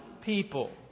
people